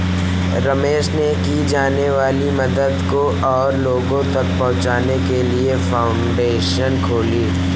रमेश ने की जाने वाली मदद को और लोगो तक पहुचाने के लिए फाउंडेशन खोली